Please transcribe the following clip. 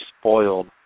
spoiled